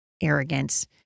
arrogance